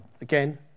Again